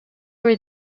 were